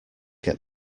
get